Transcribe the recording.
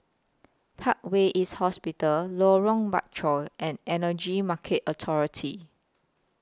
Parkway East Hospital Lorong Bachok and Energy Market Authority